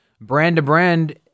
brand-to-brand